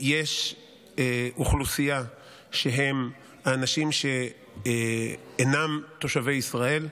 יש אוכלוסייה שהם אנשים שאינם תושבי ישראל,